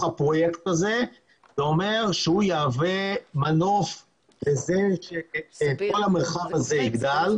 הפרויקט הזה וזה אומר שהוא יהווה מנוף לכך שכל המרחב הזה יגדל.